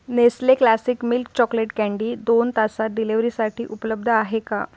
Nestle classic milk chocolate candy दोन तासात डिलिव्हरीसाठी उपलब्ध आहे का